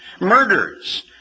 murders